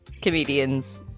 comedians